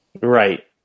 Right